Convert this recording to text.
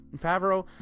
Favreau